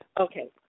Okay